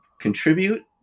contribute